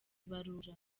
ibarura